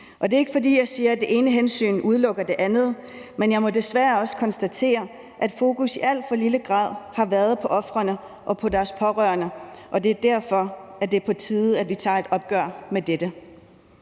Det er ikke, fordi jeg siger, at det ene hensyn udelukker det andet, men jeg må desværre også konstatere, at fokus i alt for lille grad har været på ofrene og på deres pårørende. Det er derfor, det er på tide, at vi tager et opgør med dette.